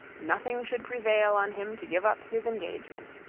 nothing should prevail on him to give up his engagement.